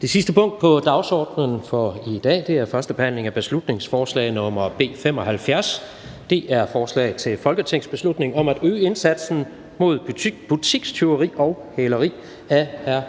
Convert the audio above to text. Det sidste punkt på dagsordenen er: 9) 1. behandling af beslutningsforslag nr. B 75: Forslag til folketingsbeslutning om at øge indsatsen mod butikstyveri og hæleri. Af